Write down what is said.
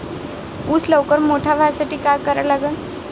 ऊस लवकर मोठा व्हासाठी का करा लागन?